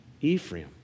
Ephraim